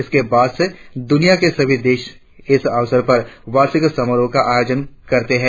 इसके बाद से दुनिया के सभी देश इस अवसर पर वार्षिक समारोह का आयोजन करते हैं